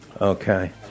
Okay